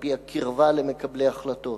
על-פי הקרבה למקבלי ההחלטות.